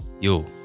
yo